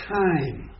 time